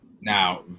Now